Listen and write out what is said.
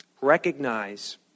recognize